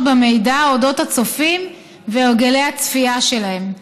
במידע על אודות הצופים והרגלי הצפייה שלהם.